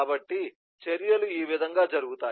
కాబట్టి చర్యలు ఈ విధంగా జరుగుతాయి